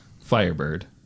Firebird